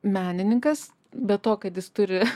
menininkas be to kad jis turi